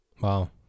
Wow